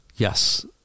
Yes